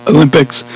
Olympics